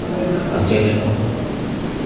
आ चलि अयलहुँ